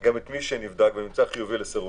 גם את מי שנבדק ונמצא חיובי לסרולוגיה.